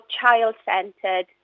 child-centered